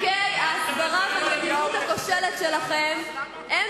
נזקי ההסברה והמדיניות הכושלת שלכם הם